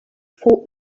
for